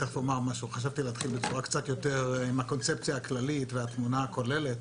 חשבתי להתחיל עם הקונספציה הכללית והתמונה הכוללת,